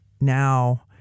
now